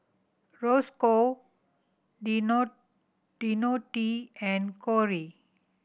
Roscoe Deonte and Corey